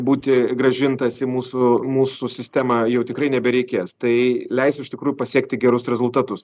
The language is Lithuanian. būti grąžintas į mūsų mūsų sistemą jau tikrai nebereikės tai leis iš tikrųjų pasiekti gerus rezultatus